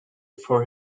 for